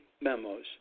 memos